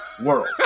world